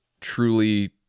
truly